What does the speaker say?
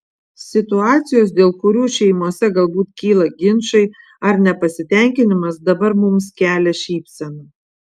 situacijos dėl kurių šeimose galbūt kyla ginčai ar nepasitenkinimas dabar mums kelia šypseną